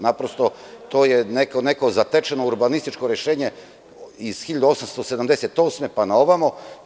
Naprosto, to je neko zatečeno urbanističko rešenje iz 1878. pa na ovamo.